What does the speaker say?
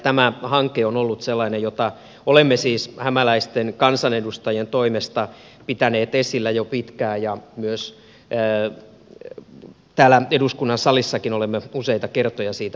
tämä hanke on ollut sellainen jota olemme siis hämäläisten kansanedustajien toimesta pitäneet esillä jo pitkään ja myös täällä eduskunnan salissakin olemme useita kertoja siitä puhuneet